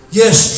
yes